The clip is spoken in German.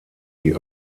die